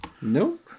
nope